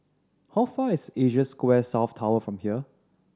how far is Asia Square South Tower from here